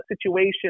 situation